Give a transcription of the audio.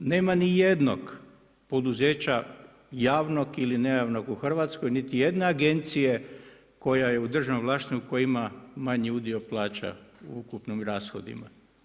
Nema nijednog poduzeća javnog ili ne javnog u Hrvatskoj, niti jedne agencije koja je u državnom vlasništvu koja ima manji udio plaća u ukupnim rashodima.